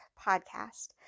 Podcast